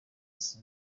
nzi